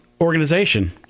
organization